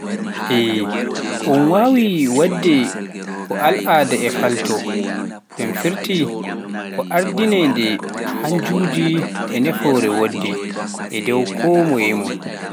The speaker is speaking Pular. Eey, un waawai waɗde ko aldaa e paltoor, ɗum firti ko ardinaade haajuuji e nafooje woɗɓe e dow koye mum,